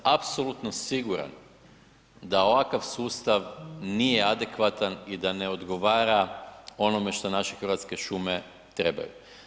Ja sam apsolutno siguran da ovakav sustav nije adekvatan i da ne odgovara onome što naše hrvatske šume trebaju.